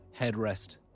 Headrest